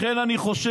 לכן אני חושב,